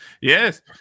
yes